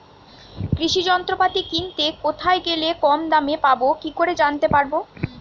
কৃষি যন্ত্রপাতি কিনতে কোথায় গেলে কম দামে পাব কি করে জানতে পারব?